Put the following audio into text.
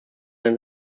than